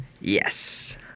Yes